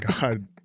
God